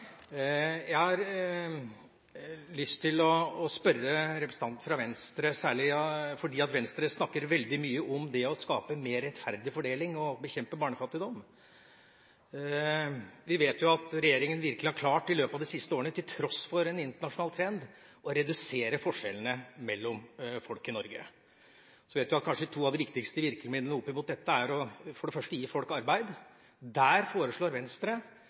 skape mer rettferdig fordeling og bekjempe barnefattigdom. Vi vet at regjeringa virkelig har klart i løpet av de siste årene, til tross for en internasjonal trend, å redusere forskjellene mellom folk i Norge. Ett av de kanskje to viktigste virkemidlene opp mot dette er å gi folk arbeid. Der foreslår Venstre